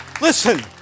Listen